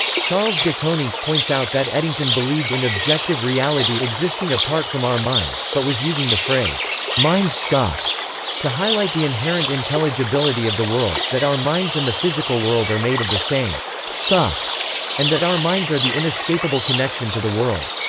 charles de koninck points out that eddington believed in objective reality existing apart from our minds, but was using the phrase mind-stuff to highlight the inherent intelligibility of the world that our minds and the physical world are made of the same stuff and that our minds are the inescapable connection to the world.